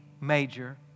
major